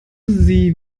sie